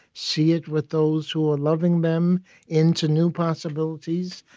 see it with those who are loving them into new possibilities.